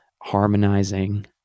harmonizing